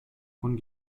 von